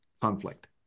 conflict